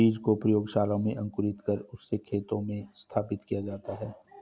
बीज को प्रयोगशाला में अंकुरित कर उससे खेतों में स्थापित किया जाता है